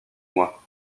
moi